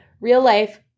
real-life